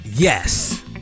yes